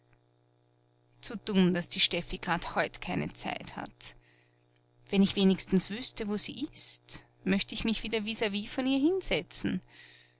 zu dumm daß die steffi grad heut keine zeit hat wenn ich wenigstens wüßte wo sie ist möcht ich mich wieder vis vis von ihr hinsetzen